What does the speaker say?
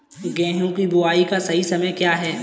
गेहूँ की बुआई का सही समय क्या है?